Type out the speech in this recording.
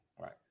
right